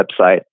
website